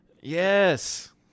Yes